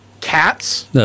Cats